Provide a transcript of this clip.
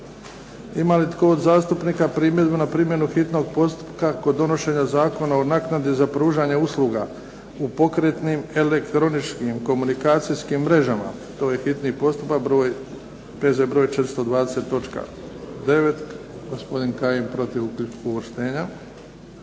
Ima li tko od zastupnika primjedbu na primjenu hitnog postupka kod donošenja Zakona o naknadi za pružanje usluga u pokretnim elektroničkim komunikacijskim mrežama? To je hitni postupak broj, P.Z. broj 420, točka 9. Gospodin Kajin protiv uvrštenja.